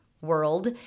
world